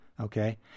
Okay